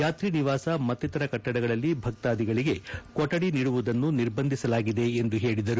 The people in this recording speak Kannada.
ಯಾತ್ರಿ ನಿವಾಸ ಮತ್ತಿತರ ಕಟ್ಟದಗಳಲ್ಲಿ ಭಕ್ತಾಧಿಗಳಿಗೆ ಕೊಠಡಿ ನೀಡುವುದನ್ನು ನಿರ್ಬಂಧಿಸಲಾಗಿದೆ ಎಂದು ಹೇಳಿದರು